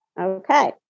Okay